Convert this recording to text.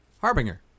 Harbinger